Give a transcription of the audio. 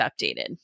updated